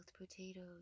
potatoes